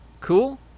Cool